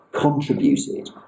contributed